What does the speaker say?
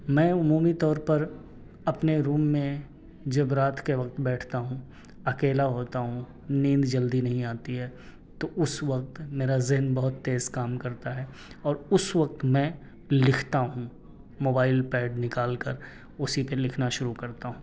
میں عمومی طور پر اپنے روم میں جب رات کے وقت بیٹھتا ہوں اکیلا ہوتا ہوں نیند جلدی نہیں آتی ہے تو اس وقت میرا ذہن بہت تیز کام کرتا ہے اور اس وقت میں لکھتا ہوں موبائل پیڈ نکال کر اسی پہ لکھنا شروع کرتا ہوں